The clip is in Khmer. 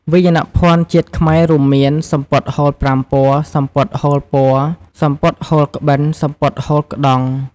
វាយភណ្ឌជាតិខ្មែររួមមាន សំពត់ហូលប្រាំពណ៌ សំពត់ហូលពណ៌ សំពត់ហូលក្បិន សំពត់ហូលក្តង់។